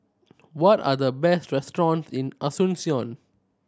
what are the best restaurant in Asuncion